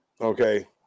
okay